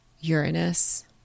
Uranus